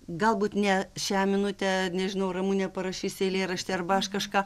galbūt ne šią minutę nežinau ramunė parašys eilėraštį arba aš kažką